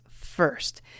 first